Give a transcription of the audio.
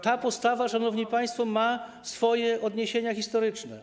Ta postawa, szanowni państwo, ma swoje odniesienia historyczne.